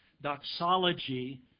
doxology